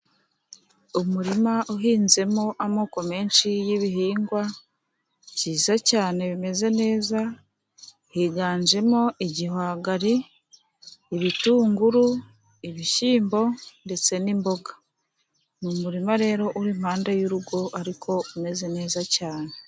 Umurima uhinzemo amoko menshi y'ibihingwa byiza cyane bimeze neza, higanjemo igihwagari, ibitunguru, ibishyimbo ndetse n'imboga. Ni umurima rero uri impande y'urugo ariko umeze neza cyane.